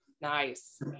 nice